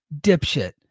dipshit